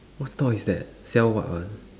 what stall is that sell what one